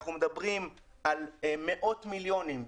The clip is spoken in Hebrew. אנחנו מדברים על מאות מיליונים,